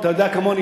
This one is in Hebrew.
אתה יודע כמוני,